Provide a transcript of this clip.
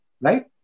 Right